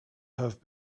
have